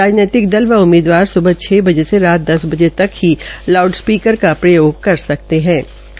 राजनैतिक दला व उम्मीदवार स्बह छ बजे से सात दस बजे तक लाउडस्पीकरो का प्रयोग कर सकेंगे